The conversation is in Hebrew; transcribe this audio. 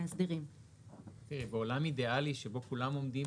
המודל העסקי פה לא מספיק חזק עבורן ולכן אנחנו צריכים לעשות